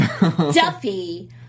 Duffy